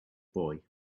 boy